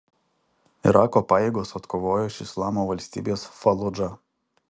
irako pajėgos atkovojo iš islamo valstybės faludžą